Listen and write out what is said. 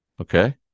Okay